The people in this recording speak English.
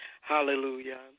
Hallelujah